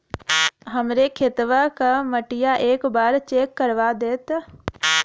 हमरे खेतवा क मटीया एक बार चेक करवा देत?